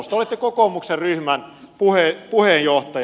te olette kokoomuksen ryhmän puheenjohtaja